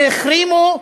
שהחרימו,